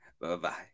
Bye-bye